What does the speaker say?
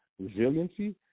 Resiliency